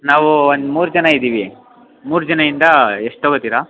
ನಾವು ಒಂದು ಮೂರು ಜನ ಇದ್ದೀವಿ ಮೂರು ಜನ ಇಂದ ಎಷ್ಟು ತೊಗೋತೀರ